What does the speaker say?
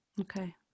Okay